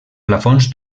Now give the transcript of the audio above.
plafons